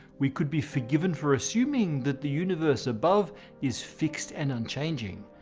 we could be forgiven for assuming that the universe above is fixed and unchanging.